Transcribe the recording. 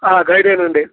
గైడేనండి